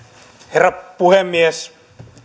herra puhemies